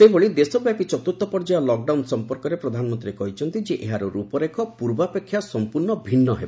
ସେହିଭଳି ଦେଶବ୍ୟାପି ଚତୁର୍ଥ ପର୍ଯ୍ୟାୟ ଲକ୍ଡାଉନ ସମ୍ପର୍କରେ ପ୍ରଧାନମନ୍ତ୍ରୀ କହିଛନ୍ତି ଯେ ଏହାର ରୂପରେଖ ପୂର୍ବାପେକ୍ଷା ସମ୍ପୂର୍ଣ୍ଣ ଭିନ୍ନ ହେବ